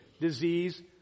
disease